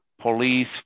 police